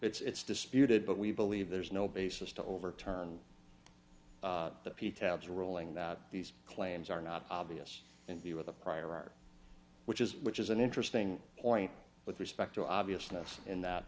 not it's disputed but we believe there's no basis to overturn the p tabs ruling that these claims are not obvious and b with the prior art which is which is an interesting point with respect to obviousness in that